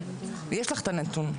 יש לך הנתון.